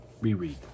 reread